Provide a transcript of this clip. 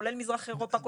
כולל מזרח אירופה,